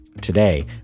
Today